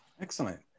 Excellent